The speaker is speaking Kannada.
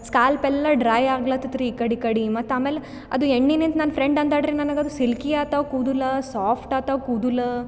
ಸ್ಕಾಲ್ಪ್ ಎಲ್ಲ ಡ್ರೈ ಆಗ್ಲತಿತ್ ರೀ ಈ ಕಡೆ ಈ ಕಡೆ ಮತ್ತು ಆಮೇಲೆ ಅದು ಎಣ್ಣಿನಿಂತ್ ನನ್ನ ಫ್ರೆಂಡ್ ಅಂದಳು ರೀ ನನಗೆ ಅದು ಸಿಲ್ಕಿ ಆತವೆ ಕೂದಲ ಸಾಫ್ಟ್ ಆತವೆ ಕೂದಲ